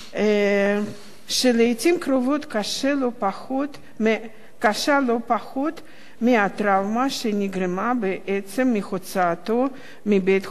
שלעתים קרובות היא קשה לא פחות מהטראומה שנגרמת בעצם הוצאתו מבית הוריו.